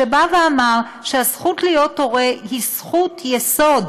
שאמר שהזכות להיות הורה היא זכות יסוד,